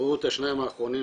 ראו את השניים האחרונים